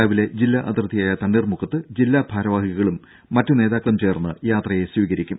രാവിലെ ജില്ലാ അതിർത്തിയായ തണ്ണീർമുക്കത്ത് ജില്ലാ ഭാരവാഹികളും മറ്റ് നേതാക്കളും ചേർന്ന് യാത്രയെ സ്വീകരിക്കും